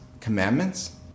commandments